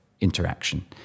interaction